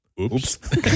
Oops